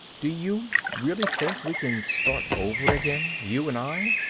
do you really think we can start over again you and i?